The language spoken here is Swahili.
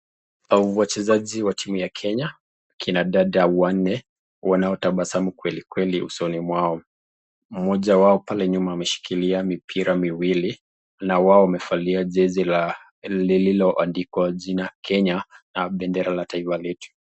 Wachezaji wa timu ya kenya kina dada wanne wanaotabasamu kweli kweli usoni mwao, mmoja wao amiwa amesimama pale nyuma akiwa ameshikilia mipira miwili na hao wamevalia jezi lililoandikwa majina kenya na bendera la taifa likiwa letu.